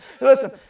Listen